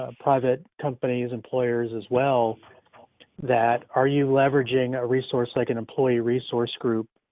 ah private companies, employers as well that are you leveraging a resource like an employee resource group,